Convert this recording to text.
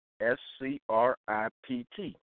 S-C-R-I-P-T